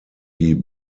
die